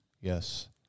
yes